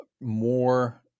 more